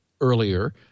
earlier